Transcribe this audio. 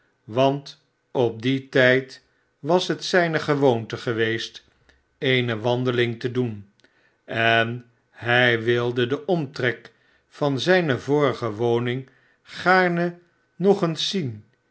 want op dien tijd was het zijne gewoonte geweest eene wandeling te doen en hij wilde den omtrek van zijne vorige woning gaarne nog eens zien